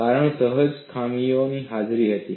કારણ સહજ ખામીઓની હાજરી હતી